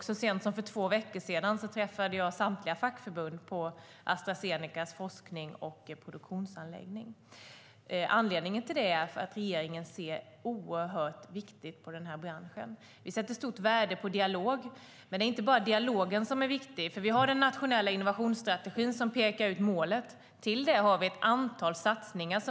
Så sent som för två veckor sedan träffade jag samtliga fackförbund på Astra Zenecas forsknings och produktionsanläggning. Anledningen till det är att regeringen ser detta som en mycket viktig bransch. Vi sätter stort värde på dialog, men det är inte bara dialogen som är viktig. Nationella innovationsstrategin pekar ut målet. Dessutom har regeringen gjort ett antal satsningar.